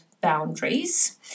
boundaries